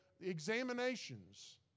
examinations